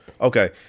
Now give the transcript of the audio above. Okay